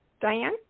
Diane